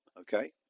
Okay